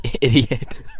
Idiot